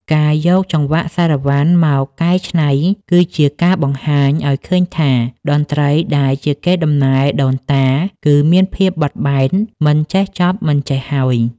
ការយកចង្វាក់សារ៉ាវ៉ាន់មកកែច្នៃ គឺជាការបង្ហាញឱ្យឃើញថា តន្ត្រីដែលជាកេរដំណែលដូនតាគឺមានភាពបត់បែនមិនចេះចប់មិនចេះហើយ។